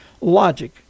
logic